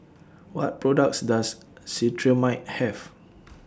What products Does Cetrimide Have